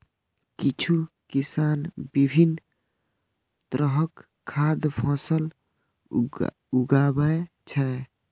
किछु किसान विभिन्न तरहक खाद्य फसल उगाबै छै